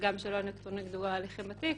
וגם שלא יינקטו נגדו ההליכים בתיק.